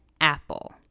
apple